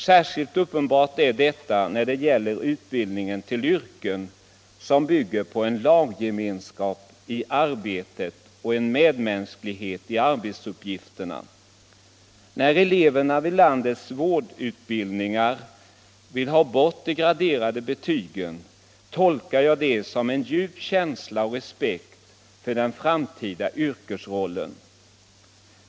Särskilt uppenbart är detta då det gäller utbildningar till yrken som bygger på en laggemenskap i arbetet och en medmänsklighet i arbetsuppgifterna. När eleverna vid landets vårdutbildningar vill ha bort de graderade betygen, tolkar jag det som bevis på en djup känsla och respekt för den framtida yrkesrollen.